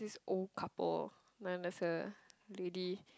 this old couple then there's a lady